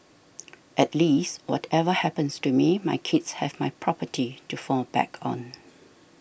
at least whatever happens to me my kids have my property to fall back on